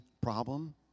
problem